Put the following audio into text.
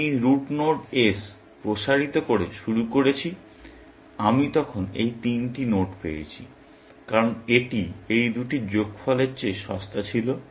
আমি এই root node s প্রসারিত করে শুরু করেছি আমি তখন এই তিনটি নোড পেয়েছি কারণ এটি এই দুটির যোগফলের চেয়ে সস্তা ছিল